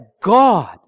God